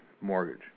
mortgage